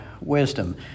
wisdom